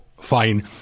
fine